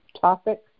topic